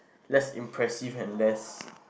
less impressive and less